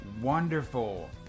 Wonderful